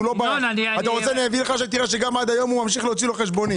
אתה תראה שעד היום הוא ממשיך להוציא לו חשבונית.